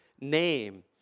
name